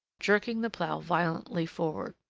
jerking the plough violently forward.